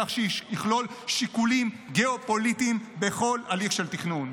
כך שיכלול שיקולים גיאופוליטיים בכל הליך של תכנון.